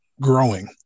growing